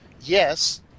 yes